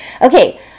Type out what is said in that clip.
Okay